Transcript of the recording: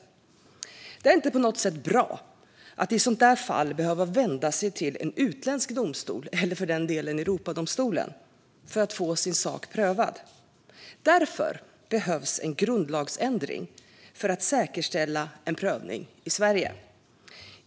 Det är inte på något sätt bra att i ett sådant fall behöva vända sig till en utländsk domstol, eller för den delen Europadomstolen, för att få sin sak prövad. Därför behövs en grundlagsändring för att säkerställa en prövning i Sverige.